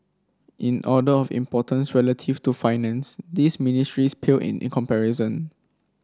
in order of importance relative to Finance these ministries pale in in comparison